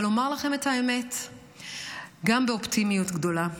אבל אומר לכם את האמת גם באופטימיות גדולה,